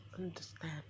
Understand